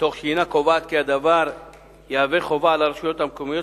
תוך שהינה קובעת כי הדבר יהווה חובה על רשויות מקומיות